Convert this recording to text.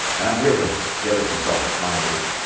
and i'm here with the other consultant, my age.